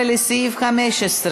13, לסעיף 15?